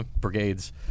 brigades